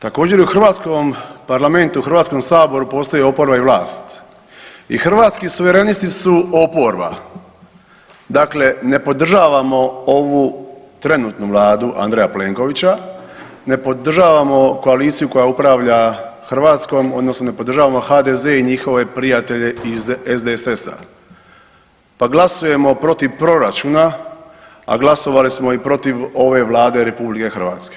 Također i u hrvatskom parlamentu u Hrvatskom saboru postoji oporba i vlast i Hrvatski suverenisti su oporba, dakle ne podržavamo ovu trenutnu Vladu Andreja Plenkovića, ne podržavamo koaliciju koja upravlja Hrvatskom odnosno ne podržavamo HDZ i njihove prijatelje iz SDSS-a pa glasujemo protiv proračuna, a glasovali smo i protiv ove Vlade RH.